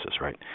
right